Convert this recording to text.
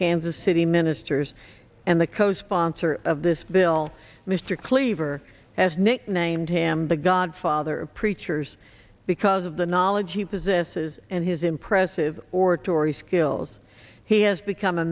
kansas city ministers and the co sponsor of this bill mr cleaver has nicknamed him the godfather of preachers because of the knowledge he possesses and his impressive oratory skills he has become a